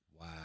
Wow